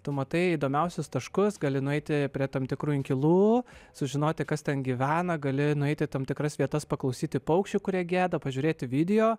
tu matai įdomiausius taškus gali nueiti prie tam tikrų inkilų sužinoti kas ten gyvena gali nueiti į tam tikras vietas paklausyti paukščių kurie geba pažiūrėti video